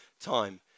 time